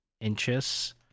inches